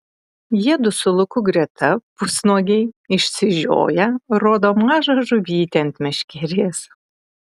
jiedu su luku greta pusnuogiai išsižioję rodo mažą žuvytę ant meškerės